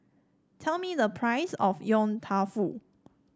tell me the price of Yong Tau Foo